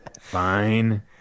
Fine